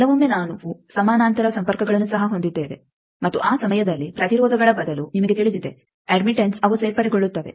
ಕೆಲವೊಮ್ಮೆ ನಾವು ಸಮಾನಾಂತರ ಸಂಪರ್ಕಗಳನ್ನು ಸಹ ಹೊಂದಿದ್ದೇವೆ ಮತ್ತು ಆ ಸಮಯದಲ್ಲಿ ಪ್ರತಿರೋಧಗಳ ಬದಲು ನಿಮಗೆ ತಿಳಿದಿದೆ ಅಡ್ಮಿಟ್ಟನ್ಸ್ ಅವು ಸೇರ್ಪಡೆಗೊಳ್ಳುತ್ತವೆ